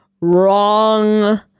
wrong